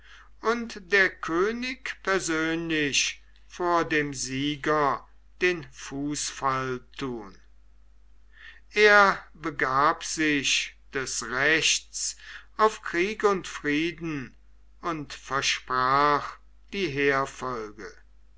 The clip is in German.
und der könig persönlich vor dem sieger den fußfall tun er begab sich des rechts auf krieg und frieden und versprach die heerfolge